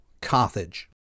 Carthage